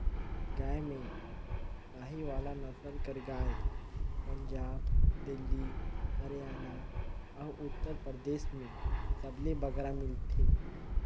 गाय में साहीवाल नसल कर गाय पंजाब, दिल्ली, हरयाना अउ उत्तर परदेस में सबले बगरा मिलथे